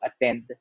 attend